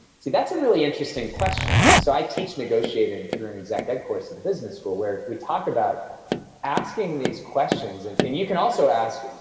see, that's a really interesting question. so i teach negotiating through an exec ed course in business school where we talk about asking these questions, and and you can also ask,